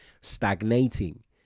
stagnating